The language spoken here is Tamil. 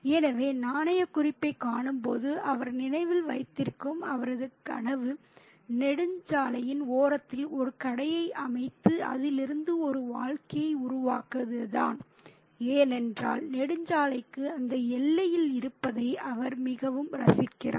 எனவே நாணயக் குறிப்பைக் காணும்போது அவர் நினைவில் வைத்திருக்கும் அவரது கனவு நெடுஞ்சாலையின் ஓரத்தில் ஒரு கடையை அமைத்து அதிலிருந்து ஒரு வாழ்க்கையை உருவாக்குவதுதான் ஏனென்றால் நெடுஞ்சாலைக்கு அந்த எல்லையில் இருப்பதை அவர் மிகவும் ரசிக்கிறார்